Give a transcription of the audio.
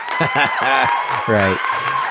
Right